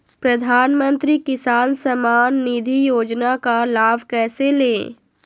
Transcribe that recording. प्रधानमंत्री किसान समान निधि योजना का लाभ कैसे ले?